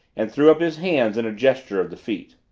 and threw up his hands in a gesture of defeat.